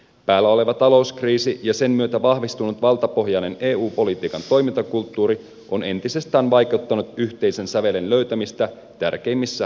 päällä oleva talouskriisi ja sen myötä vahvistunut valtapohjainen eu politiikan toimintakulttuuri on entisestään vaikeuttanut yhteisen sävelen löytämistä tärkeimmissä ulkopolitiikan kysymyksissä